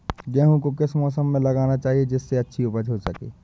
गेहूँ को किस मौसम में लगाना चाहिए जिससे अच्छी उपज हो सके?